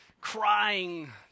crying